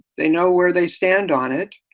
they know where they stand on it.